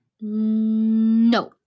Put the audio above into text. No